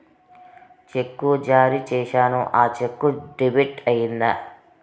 చెక్కు జారీ సేసాను, ఆ చెక్కు డెబిట్ అయిందా